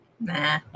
Nah